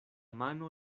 mano